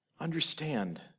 understand